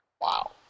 Wow